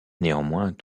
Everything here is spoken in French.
néanmoins